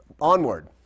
onward